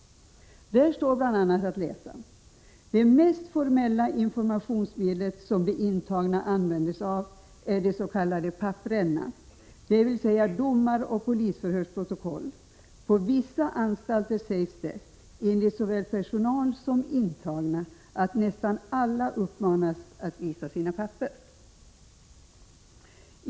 Där står bl.a. att läsa att det mest formella informationsmedel som de intagna använder sig av är ”papperna”, dvs. domar och polisförhörsprotokoll. På vissa anstalter sägs det av såväl personal som intagna att nästan alla uppmanas att visa sina papper.